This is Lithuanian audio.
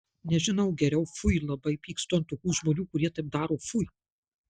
nežinau geriau fui labai pykstu ant tokių žmonių kurie taip daro fui